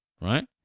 Right